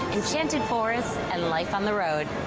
enchanted forests, and life on the road.